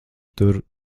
tur